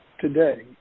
today